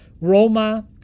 Roma